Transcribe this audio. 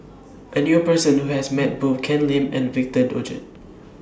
I knew A Person Who has Met Both Ken Lim and Victor Doggett